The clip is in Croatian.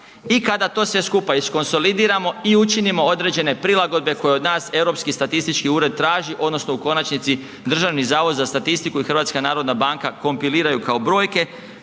i kada to sve skupa iskonsolidiramo i učinimo određene prilagodbe koje od nas Europski statistički ured traži odnosno u konačnici Državni zavod za statistiku i HNB, kompiliraju kao brojke,